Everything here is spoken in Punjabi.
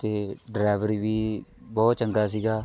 ਅਤੇ ਡਰਾਈਵਰ ਵੀ ਬਹੁਤ ਚੰਗਾ ਸੀਗਾ